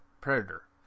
Predator